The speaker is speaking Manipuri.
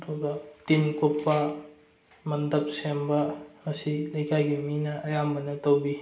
ꯑꯗꯨꯒ ꯇꯤꯟ ꯀꯨꯞꯄ ꯃꯟꯗꯞ ꯁꯦꯝꯕ ꯑꯁꯤ ꯂꯩꯀꯥꯏꯒꯤ ꯃꯤꯅ ꯑꯌꯥꯝꯕꯅ ꯇꯧꯕꯤ